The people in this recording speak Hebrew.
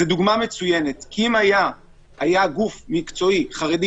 אם היה גוף מקצועי חרדי,